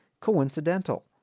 coincidental